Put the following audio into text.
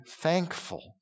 thankful